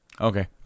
Okay